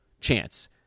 chance